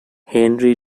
henri